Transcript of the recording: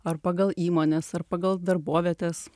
ar pagal įmones ar pagal darbovietes